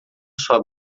sua